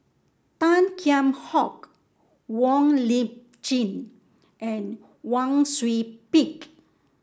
Tan Kheam Hock Wong Lip Chin and Wang Sui Pick